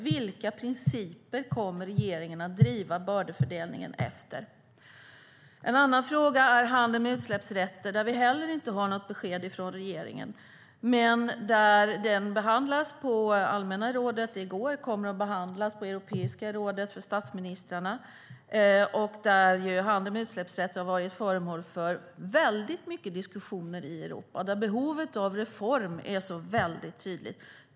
Vilka principer kommer regeringen att driva bördefördelningen efter? En annan fråga är handeln med utsläppsrätter. Inte heller där har vi något besked från regeringen. Frågan behandlades på allmänna rådet i går, och den kommer att behandlas på Europeiska rådet för statsministrarna. Handel med utsläppsrätter har varit föremål för mycket diskussion i Europa, och behovet av reformer är tydligt.